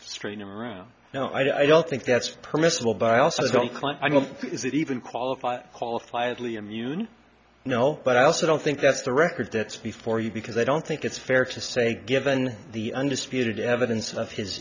straighten him around now i don't think that's permissible but i also don't claim i know is that even qualified qualified lee immune you know but i also don't think that's the record that's before you because i don't think it's fair to say given the undisputed evidence of his